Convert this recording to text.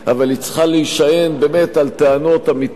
אבל היא צריכה להישען על טענות אמיתיות,